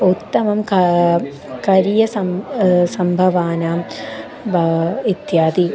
उत्तमं क कार्य सम्भवानां ब इत्यादि